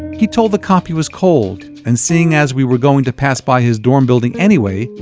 he told the cop he was cold and seeing as we were going to pass by his dorm building anyway,